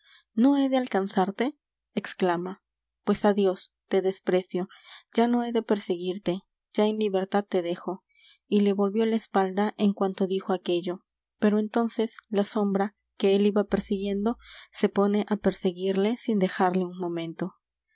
no he de alcanzarte exclama pues adiós te desprecio ya no he de perseguirte ya en libertad te dejo y le volvió la espalda en cuanto dijo aquello pero entonces la sombra que él iba persiguiendo se pone á perseguirle sin dejarlo un momento